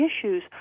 issues